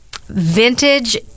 vintage